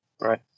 Right